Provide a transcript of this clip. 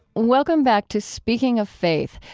welcome back to speaking of faith,